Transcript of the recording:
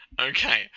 Okay